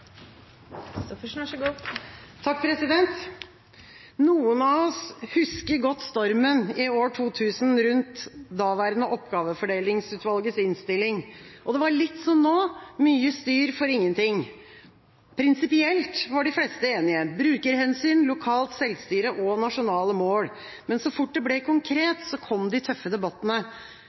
Noen av oss husker godt stormen i år 2000 rundt det daværende Oppgavefordelingsutvalgets innstilling. Det var litt som nå, mye styr for ingenting. Prinsipielt var de fleste enige: brukerhensyn, lokalt selvstyre og nasjonale mål. Men så fort det ble konkret, kom de tøffe debattene.